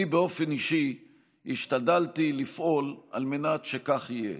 אני באופן אישי השתדלתי לפעול על מנת שכך יהיה.